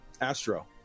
Astro